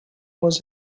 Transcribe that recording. was